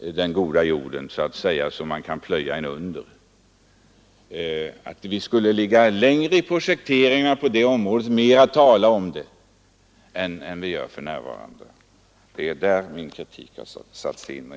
så att ”den goda jorden” kan odlas ändå. Vi borde ligga längre framme i projekteringen på sådana områden och mera tala om det än vad vi gör för närvarande. Det är där min kritik har satts in.